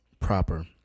proper